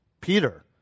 Peter